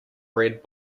red